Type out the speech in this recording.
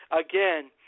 again